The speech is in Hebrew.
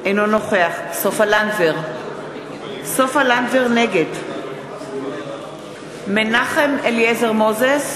אינו נוכח סופה לנדבר, נגד מנחם אליעזר מוזס,